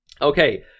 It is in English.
Okay